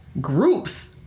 groups